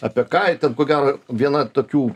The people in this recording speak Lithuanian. apie kaitą ko gero viena tokių